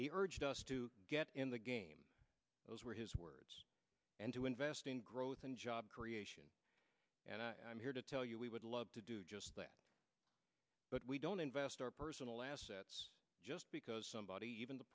he urged us to get in the game those were his words and to invest in growth and job creation and i'm here to tell you we would love to do just that but we don't invest our personal assets just because somebody even the